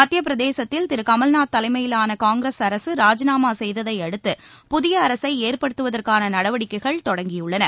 மத்திய பிரதேசத்தில் திருகமல்நூத் தலைமையிலான காங்கிரஸ் அரசு ராஜினாமா செய்ததை அடுத்து புதிய அரசை ஏற்படுத்துவதற்கான நடவடிக்கைகள் தொடங்கியுள்ளன